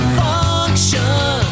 function